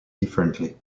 differently